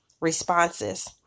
responses